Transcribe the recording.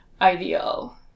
ideal